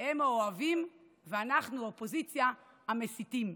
הם האוהבים, ואנחנו, האופוזיציה, המסיתים,